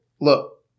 look